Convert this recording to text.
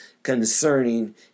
Concerning